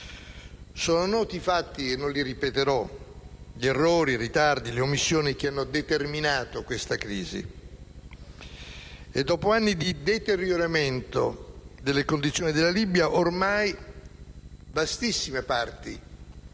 Sono noti i fatti - e non li ripeterò - gli errori, i ritardi e le omissioni che hanno determinato questa crisi. Dopo anni di deterioramento delle condizioni della Libia, ormai vastissime parti